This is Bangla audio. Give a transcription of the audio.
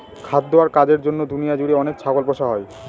খাদ্য আর কাজের জন্য দুনিয়া জুড়ে অনেক ছাগল পোষা হয়